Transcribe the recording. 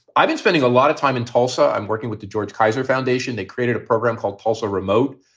i've been spending a lot of time in tulsa. i'm working with the george kaiser foundation. they created a program called pulser remote.